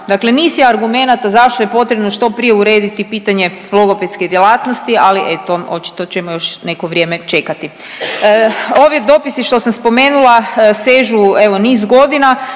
dakle niz je argumenata zašto je potrebno što prije urediti pitanje logopedske djelatnosti, ali eto očito ćemo još neko vrijeme čekati. Ovi dopisi što sam spomenula sežu evo niz godina,